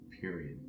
period